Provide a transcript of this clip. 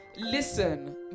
Listen